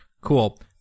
Cool